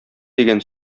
дигән